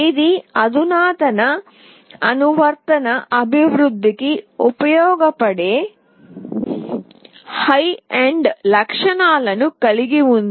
ఇది అధునాతన అనువర్తన అభివృద్ధికి ఉపయోగపడే హై ఎండ్ లక్షణాలను కలిగి ఉంది